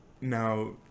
Now